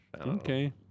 Okay